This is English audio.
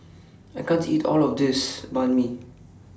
I can't eat All of This Banh MI